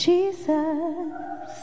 Jesus